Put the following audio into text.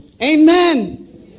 Amen